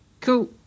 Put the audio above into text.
Cool